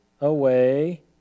away